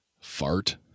Fart